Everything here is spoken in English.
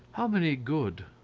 how many good?